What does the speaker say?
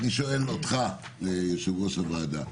ואני שואל אותך, יושב-ראש הוועדה,